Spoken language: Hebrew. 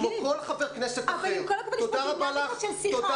עם כל הכבוד יש פה דינמיקה של שיחה.